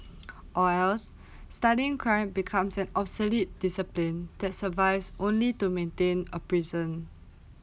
or else studying crime become an obsolete discipline that survives only to maintain a prison